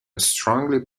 strongly